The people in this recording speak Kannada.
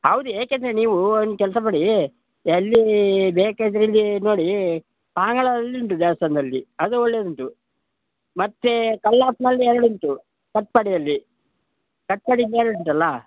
ಹೌದು ಏಕೆಂದ್ರೆ ನೀವು ಒಂದು ಕೆಲಸ ಮಾಡಿ ಎಲ್ಲಿ ಬೇಕಾದರೆ ಇಲ್ಲಿ ನೋಡಿ ಹಾಂಗಲಲ್ಲಿ ಉಂಟು ದೇವಸ್ಥಾನದಲ್ಲಿ ಅದು ಒಳ್ಳೇದು ಉಂಟು ಮತ್ತೆ ಕಳ್ಳಾಪ್ನಳ್ಳಿಯಲ್ಲಿ ಉಂಟು ಕಟ್ಪಾಡಿಯಲ್ಲಿ ಕಟ್ಪಾಡಿ ದೇವ್ರು ಉಂಟಲ್ಲ